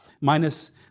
minus